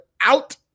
out